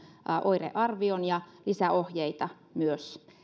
oirearvion ja lisäohjeita myös